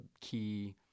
key